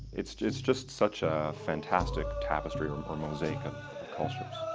it's it's just such a fantastic tapestry um or mosaic of cultures.